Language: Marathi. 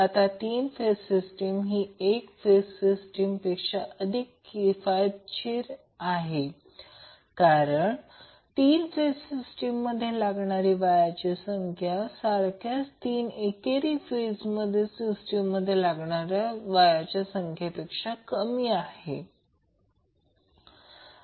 आता 3 फेज सिस्टीम ही 1 फेज सिस्टीम पेक्षा अधिक किफायतशीर कारण 3 फेज सिस्टीममध्ये लागणारी वायर संख्या ही सारख्याच 3 एकेरी फेज सिस्टीममध्ये लागणाऱ्या वायर पेक्षा कमी असते